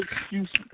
excuses